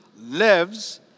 lives